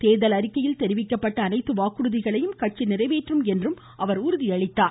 தேர்தல் அறிக்கையில் தெரிவிக்கப்பட்ட அனைத்து வாக்குறுதிகளையும் கட்சி நிறைவேற்றும் என்றும் அவர் உறுதி அளித்தார்